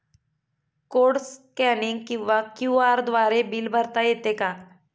Code scanning किंवा QR द्वारे bill भरता येते का?